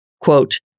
quote